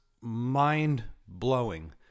mind-blowing